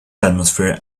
atmosphere